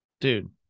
dude